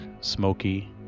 smoky